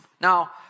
Now